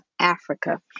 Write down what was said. Africa